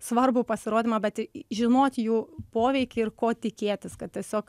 svarbų pasirodymą bet žinot jų poveikį ir ko tikėtis kad tiesiog